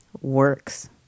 works